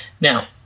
Now